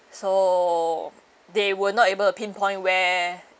so they were not able to pinpoint where